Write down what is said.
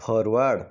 forward